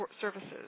services